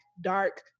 dark